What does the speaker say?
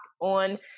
On